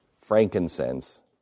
frankincense